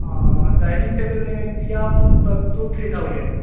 dining table निमित्तं तत्तु three thousand